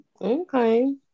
okay